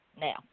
Now